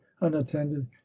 unattended